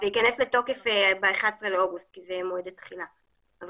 לתוקף ב-11ל אוגוסט כי זה מועדי תחילה אבל